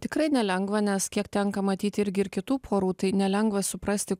tikrai nelengva nes kiek tenka matyti irgi ir kitų porų tai nelengva suprasti